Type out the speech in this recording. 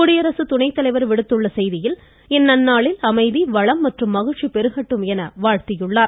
குடியரசு துணைத்தலைவர் விடுத்துள்ள செய்தியில் இந்நன்னாளில் அமைதி வளம் மற்றும் மகிழ்ச்சி பெருகட்டும் என வாழ்த்தியுள்ளார்